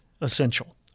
essential